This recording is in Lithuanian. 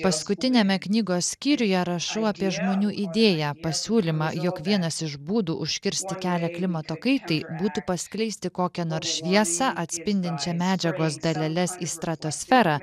paskutiniame knygos skyriuje rašau apie žmonių idėją pasiūlymą jog vienas iš būdų užkirsti kelią klimato kaitai būtų paskleisti kokią nors šviesą atspindinčią medžiagos daleles į stratosferą